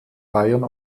bayern